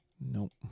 Nope